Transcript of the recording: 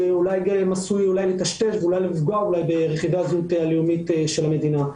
שאז זה עשוי לטשטש ולפגוע ברכיבי הזהות הלאומית של המדינה?